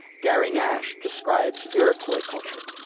gary nash describes iroquois culture